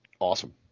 Awesome